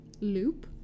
Loop